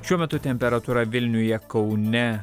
šiuo metu temperatūra vilniuje kaune